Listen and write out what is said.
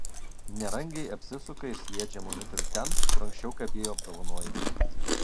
nerangiai apsisuka ir sviedžią monitorių ten kur anksčiau kabėjo apdovanojimai